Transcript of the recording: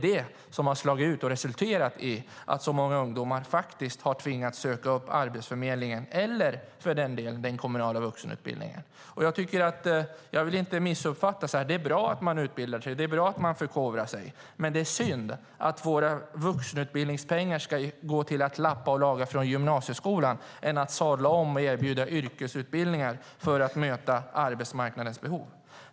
Det har resulterat i att så många ungdomar tvingats söka upp Arbetsförmedlingen eller, för den delen, den kommunala vuxenutbildningen. Jag vill inte missuppfattas. Det är bra att man utbildar sig, det är bra att man förkovrar sig, men det är synd att våra vuxenutbildningspengar ska gå till att lappa och laga gymnasieskolans utbildningar i stället för att användas till att erbjuda yrkesutbildningar för att möta arbetsmarknadens behov.